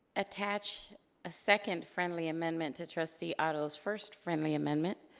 attach a second friendly amendment to trustee otto's first friendly amendment,